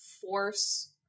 force